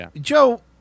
Joe